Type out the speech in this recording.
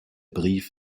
brief